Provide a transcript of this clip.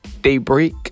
Daybreak